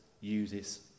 uses